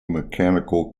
mechanical